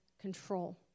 control